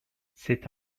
c’est